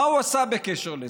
מה הוא עשה בקשר לזה?